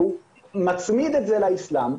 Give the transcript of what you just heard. והוא מצמיד את זה לאסלאם,